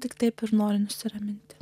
tiktai nori nusiraminti